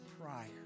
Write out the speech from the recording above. prior